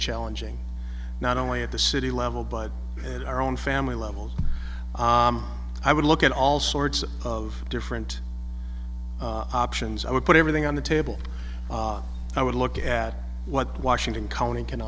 challenging not only at the city level but and our own family level i would look at all sorts of different options i would put everything on the table i would look at what washington county can